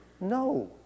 No